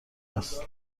است